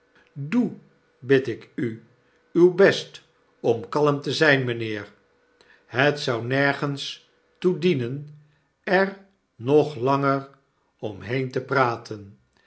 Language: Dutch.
doe bid ik u uw best om kalm te zyn mynheer het zou nergens toe dienen er nog langer om heen te praten